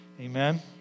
Amen